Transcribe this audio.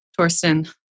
Torsten